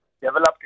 developed